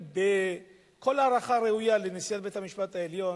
בכל ההערכה הראויה לנשיאת בית-המשפט העליון,